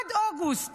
עד אוגוסט